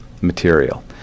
material